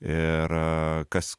ir kas